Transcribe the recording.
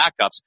backups